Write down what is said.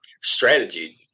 strategy